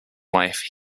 life